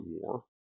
war